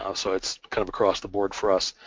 um so it's kind of across the board for us,